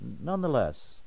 nonetheless